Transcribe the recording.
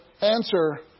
answer